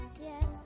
Yes